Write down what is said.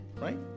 Right